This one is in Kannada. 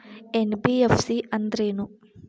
ಎನ್.ಬಿ.ಎಫ್.ಸಿ ಅಂದ್ರೇನು?